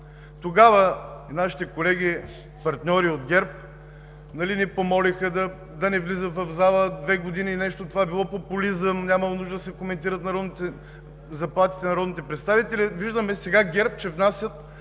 Това нашите колеги – партньори от ГЕРБ, ни помолиха да не влиза в залата две години и нещо, това било популизъм, нямало нужда да се коментират заплатите на народните представители, а сега виждаме, че ГЕРБ внасят